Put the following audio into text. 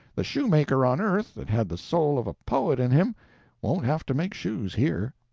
the shoe-maker on earth that had the soul of a poet in him won't have to make shoes here.